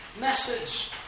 message